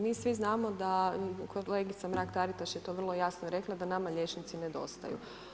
Mi svi znamo da, kolegica Mrak-Taritaš je to vrlo jasno rekla da nama liječnici nedostaju.